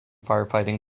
firefighting